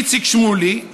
איציק שמולי,